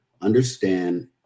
understand